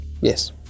Yes